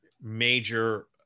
major